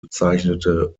bezeichnete